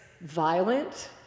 violent